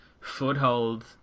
foothold